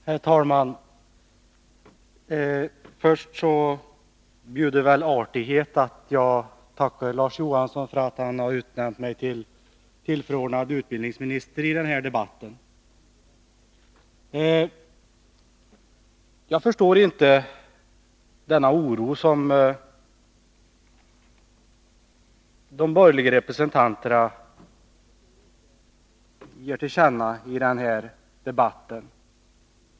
Herr talman! Först bjuder väl artigheten att jag tackar Larz Johansson för att han i denna debatt har utnämnt mig till tillförordnad utbildningsminister. Jag förstår inte denna oro som de borgerliga representanterna ger till känna i debatten.